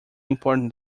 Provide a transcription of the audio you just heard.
important